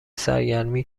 سرگرمی